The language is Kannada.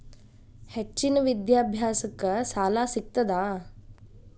ಹೆಚ್ಚಿನ ವಿದ್ಯಾಭ್ಯಾಸಕ್ಕ ಸಾಲಾ ಸಿಗ್ತದಾ?